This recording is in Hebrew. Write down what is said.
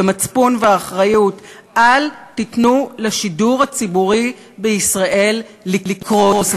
ומצפון ואחריות: אל תיתנו לשידור הציבורי בישראל לקרוס,